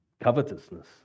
covetousness